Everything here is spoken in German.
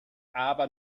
aber